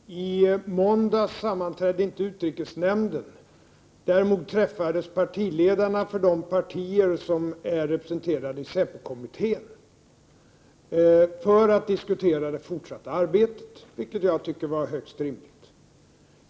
Herr talman! Utrikesnämnden sammanträdde inte i måndags. Däremot träffades partiledarna för de partier som är representerade i säpokommittén för att diskutera det fortsatta arbetet, vilket jag tycker var högst rimligt.